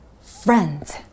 friends